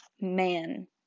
man